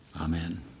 Amen